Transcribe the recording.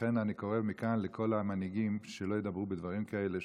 לכן אני קורא מכאן לכל המנהיגים שלא ידברו בדברים כאלה,